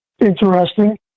interesting